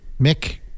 Mick